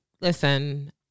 listen